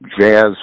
jazz